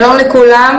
שלום לכולם.